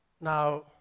Now